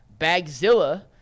Bagzilla